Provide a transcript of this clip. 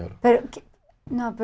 you're not